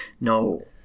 No